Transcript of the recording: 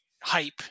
hype